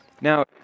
Now